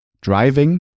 driving